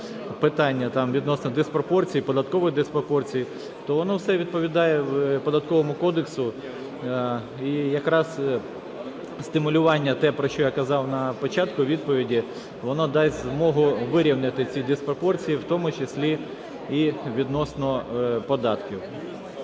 питання, там відносно диспропорцій, податкової диспропорції, то воно все відповідає Податковому кодексу, і якраз стимулювання, те, про що я казав на початку відповіді, воно дасть змогу вирівняти ці диспропорції, в тому числі і відносно податків.